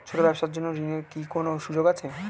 ছোট ব্যবসার জন্য ঋণ এর কি কোন সুযোগ আছে?